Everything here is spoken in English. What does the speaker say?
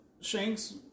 Shanks